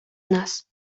nas